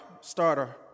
starter